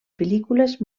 pel·lícules